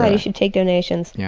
ah you should take donations. yeah